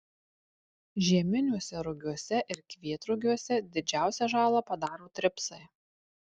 žieminiuose rugiuose ir kvietrugiuose didžiausią žalą padaro tripsai